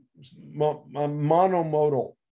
monomodal